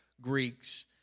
Greeks